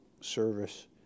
service